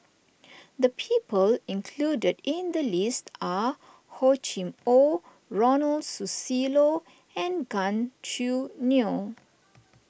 the people included in the list are Hor Chim or Ronald Susilo and Gan Choo Neo